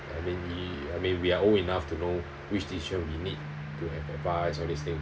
I mean y~ I mean we are old enough to know which teacher we need to have advice all these thing